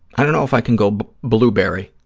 i don't know if i can go blueberry,